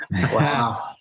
Wow